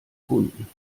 kunden